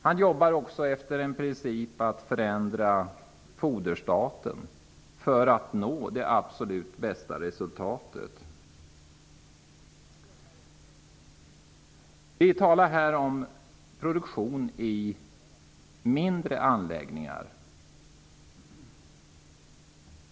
Han arbetar också efter principen att förändra foderstaten för att uppnå det absolut bästa resultatet. Vi talar här om produktion i mindre anläggningar.